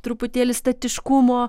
truputėlį statiškumo